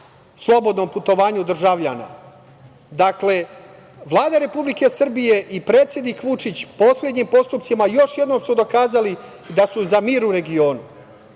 slobodnom putovanju državljana. Dakle, Vlada Republike Srbije i predsednik Vučić poslednjim postupcima još jednom su dokazali da su za mir u regionu.